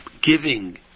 giving